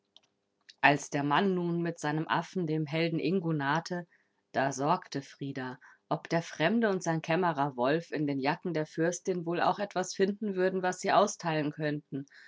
als der mann nun mit seinem affen dem helden ingo nahte da sorgte frida ob der fremde und sein kämmerer wolf in den jacken der fürstin wohl auch etwas finden würden was sie austeilen könnten